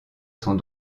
sont